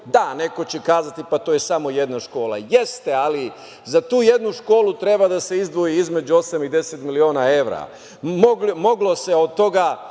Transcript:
neko će reći da je to samo jedna škola, jeste, ali za tu jednu školu treba da se izdvoji između osam i 10 miliona evra. Moglo se od toga